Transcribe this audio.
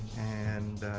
and